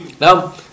Now